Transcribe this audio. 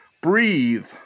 breathe